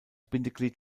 bindeglied